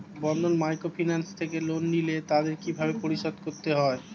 বন্ধন microfinance থেকে loan নিলে তাদের কিভাবে পরিশোধ করতে হয়?